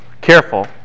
careful